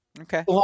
Okay